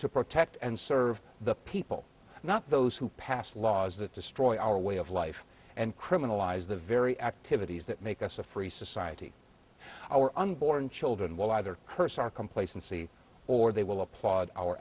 to protect and serve the people not those who pass laws that destroy our way of life and criminalize the very activities that make us a free society our unborn children will either curse our complacency or they will applaud our